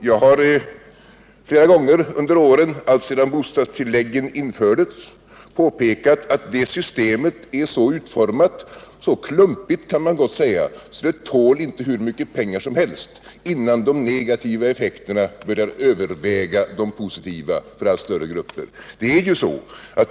Jag har flera gånger under åren, alltsedan bostadstilläggen infördes, påpekat att det systemet är så utformat — så klumpigt utformat kan man gott säga — att det inte tål hur mycket pengar som helst, innan de negativa effekterna börjar överväga de positiva för allt större grupper.